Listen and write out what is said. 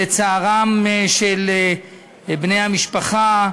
ולצערם של בני המשפחה,